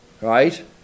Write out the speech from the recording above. right